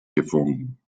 gefunden